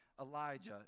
Elijah